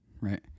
right